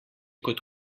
kot